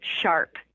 sharp